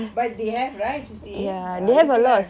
but they have right C_C_A இருக்குல:irukkula ah